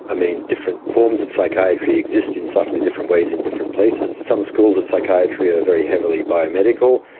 i mean, different forms of psychiatry exist in slightly different ways in different places. some schools of psychiatry are very heavily biomedical,